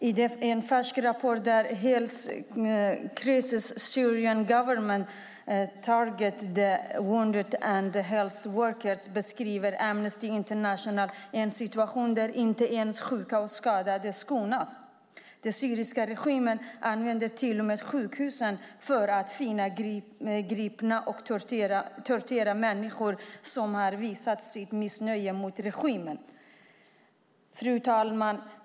I en färsk rapport, Health Crisis: Syrian Government Targets the Wounded and Health Workers, beskriver Amnesty International en situation där inte ens sjuka och skadade skonas. Den syriska regimen använder till och med sjukhusen för att finna, gripa och tortera människor som har visat sitt missnöje med regeringen. Fru talman!